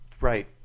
Right